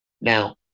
Now